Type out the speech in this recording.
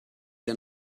der